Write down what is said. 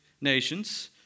nations